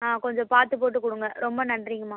ஆ கொஞ்சம் பார்த்து போட்டு கொடுங்க ரொம்ப நன்றிங்கம்மா